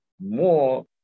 more